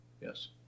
Yes